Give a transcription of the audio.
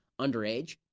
underage